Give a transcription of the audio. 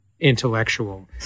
Intellectual